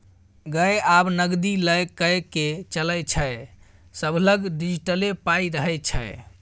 गै आब नगदी लए कए के चलै छै सभलग डिजिटले पाइ रहय छै